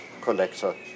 collector